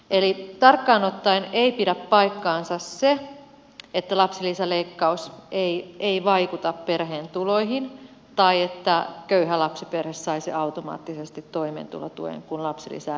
eli tarkkaan ottaen ei pidä paikkaansa se että lapsilisäleikkaus ei vaikuta perheen tuloihin tai että köyhä lapsiperhe saisi automaattisesti toimeentulotuen kun lapsilisää leikataan